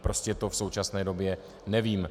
Prostě to v současné době nevím.